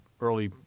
early